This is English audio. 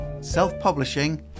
self-publishing